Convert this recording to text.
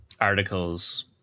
articles